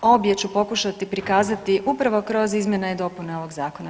Obje ću pokušati prikazati upravo kroz izmjene i dopune ovog zakona.